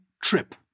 trip